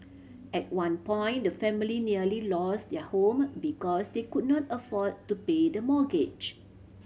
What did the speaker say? at one point the family nearly lost their home because they could not afford to pay the mortgage